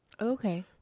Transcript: Okay